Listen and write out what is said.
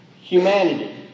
humanity